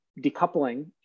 decoupling